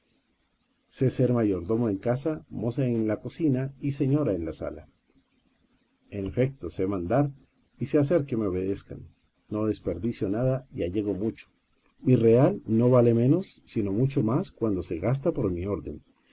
ser mayordomo en casa moza en la cocina y señora en la sala en efeto sé mandar y sé hacer que me obedezcan no desperdic io nada y allego mucho mi real no vale menos sino mucho más cuando se gasta por mi orden